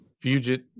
Fugit